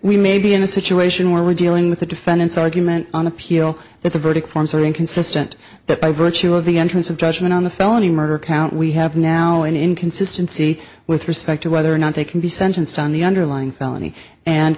we may be in a situation where we're dealing with the defendant's argument on appeal that the verdict forms are inconsistent that by virtue of the entrance of judgment on the felony murder count we have now an inconsistency with respect to whether or not they can be sentenced on the underlying felony and